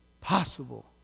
possible